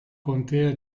contea